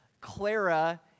Clara